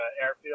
airfield